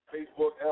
Facebook